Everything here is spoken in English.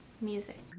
Music